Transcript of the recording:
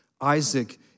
Isaac